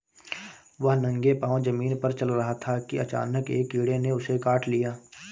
वह नंगे पांव जमीन पर चल रहा था कि अचानक एक कीड़े ने उसे काट लिया